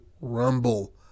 rumble